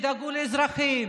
תדאגו לאזרחים,